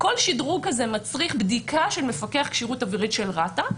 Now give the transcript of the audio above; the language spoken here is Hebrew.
כל שדרוג כזה מצריך בדיקה של מפקח כשירות אווירית של רת"א,